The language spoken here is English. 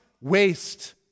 waste